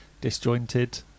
disjointed